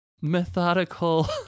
methodical